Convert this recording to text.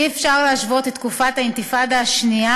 אי-אפשר להשוות את תקופת האינתיפאדה השנייה